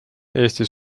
eestis